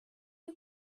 you